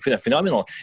phenomenal